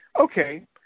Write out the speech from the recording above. Okay